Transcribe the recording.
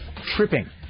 tripping